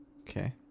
Okay